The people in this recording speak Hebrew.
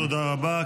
תודה רבה.